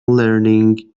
learning